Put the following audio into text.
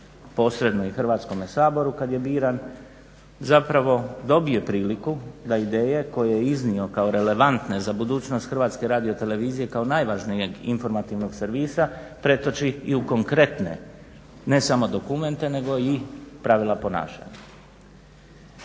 posredno i Hrvatskom saboru kad je biran, zapravo dobije priliku da ideje koje je iznio kao relevantne za budućnost HRT-a kao najvažnijeg informativnog servisa pretoči i u konkretne ne samo dokumente nego i pravila ponašanja.